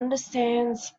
understands